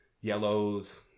yellows